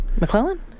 McClellan